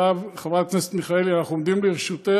חברת הכנסת מרב מיכאלי, אנחנו עומדים לרשותך.